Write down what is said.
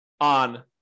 on